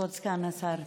כבוד סגן השר.